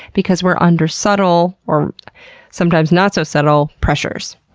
because we're under subtle or sometimes not so subtle pressures?